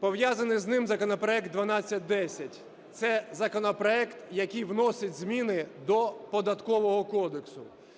Пов'язаний з ним законопроект 1210 – це законопроект, який вносить зміни до Податкового кодексу.